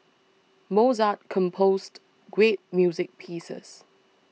Mozart composed great music pieces